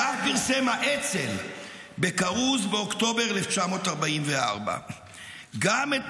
כך פרסם האצ"ל בכרוז באוקטובר 1944. גם את